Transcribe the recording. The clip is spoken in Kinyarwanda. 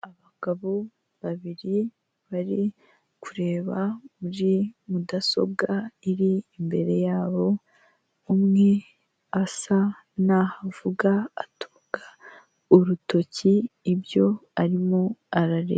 Abagabo babiri bari kureba muri mudasobwa iri imbere yabo, umwe asa n'aho avuga atunga urutoki ibyo arimo arareba.